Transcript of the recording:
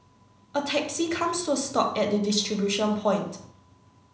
a taxi comes to a stop at the distribution point